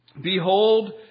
Behold